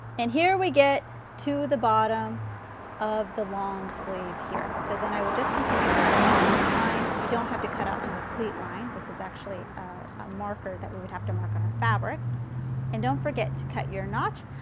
and here we get to the bottom of the long sleeve here so then i would just continue cut along this line, you don't have to cut out on the pleat line this is actually a marker that we would have to mark on a fabric and don't forget to cut your notch,